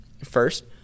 First